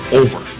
over